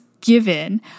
given